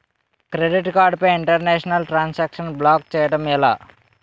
Credit card పై international transaction block చేయటం ఎలా?